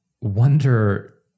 wonder